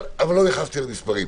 לא נכנסתי למספרים.